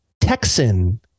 Texan